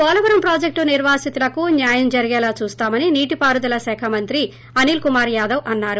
పోలవరం ప్రాజెక్లు నిర్వాసితులకు న్యాయం జరిగేలా చూస్తామని నీటిపారుదల శాఖ మంత్రి అనిల్ కుమార్ యాదవ్ అన్నారు